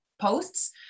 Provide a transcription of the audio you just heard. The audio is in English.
posts